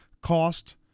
cost